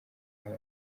wabo